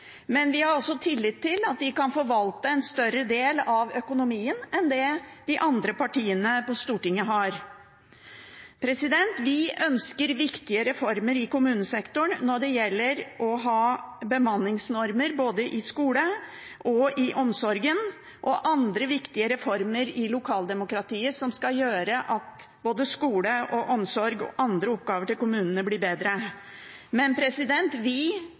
men vi har også større tillit til at de kan forvalte en større del av økonomien enn det de andre partiene på Stortinget har. Vi ønsker viktige reformer i kommunesektoren når det gjelder å ha bemanningsnormer, både i skolen og i omsorgen, og andre viktige reformer i lokaldemokratiet som skal gjøre at både skole og omsorg og andre oppgaver til kommunene blir bedre. Men vi